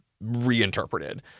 reinterpreted